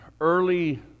early